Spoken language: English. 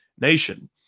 nation